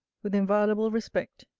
with inviolable respect,